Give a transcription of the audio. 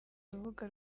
rubuga